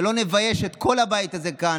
שלא נבייש את כל הבית הזה כאן,